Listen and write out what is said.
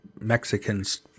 Mexicans